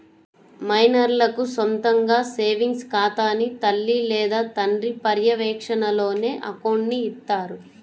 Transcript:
మైనర్లకు సొంతగా సేవింగ్స్ ఖాతాని తల్లి లేదా తండ్రి పర్యవేక్షణలోనే అకౌంట్ని ఇత్తారు